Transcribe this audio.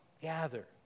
gather